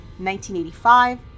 1985